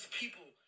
people